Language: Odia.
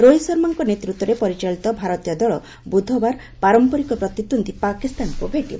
ରୋହିତ ଶର୍ମାଙ୍କ ନେତୃତ୍ୱରେ ପରିଚାଳିତ ଭାରତୀୟ ଦଳ ବୁଧବାର ପାରମ୍ପରିକ ପ୍ରତିଦ୍ୱନ୍ଦୀ ପାକିସ୍ତାନକୁ ଭେଟିବ